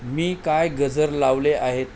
मी काय गजर लावले आहेत